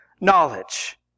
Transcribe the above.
Knowledge